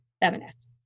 feminist